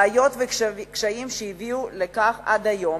בעיות וקשיים שהביאו לכך שעד היום,